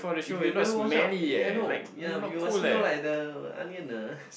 if you never wash up ya no ya you smell like the onion ah